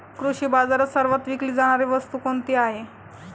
कृषी बाजारात सर्वात विकली जाणारी वस्तू कोणती आहे?